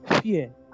fear